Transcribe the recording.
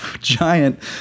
giant